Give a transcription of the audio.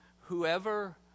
Whoever